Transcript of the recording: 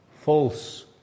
false